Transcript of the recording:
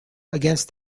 against